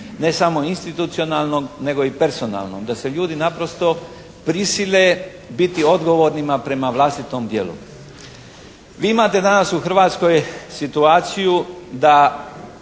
ne samo institucionalnom, nego i personalnom, da se ljudi naprosto prisile biti odgovornima prema vlastitom djelu. Vi imate danas u Hrvatskoj situaciju da